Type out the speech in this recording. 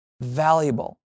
valuable